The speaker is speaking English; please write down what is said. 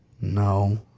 No